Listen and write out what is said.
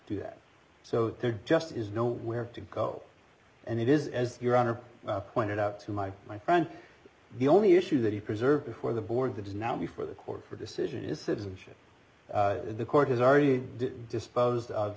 do that so there just is no where to go and it is as your honor pointed out to my my friend the only issue that he preserved for the board that is now before the court for decision is citizenship the court has already disposed of